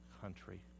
country